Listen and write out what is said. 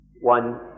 one